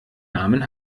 namen